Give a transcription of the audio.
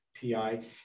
PI